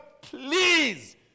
please